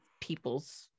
people's